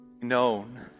known